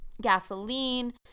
gasoline